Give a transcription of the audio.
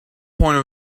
point